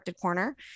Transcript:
Corner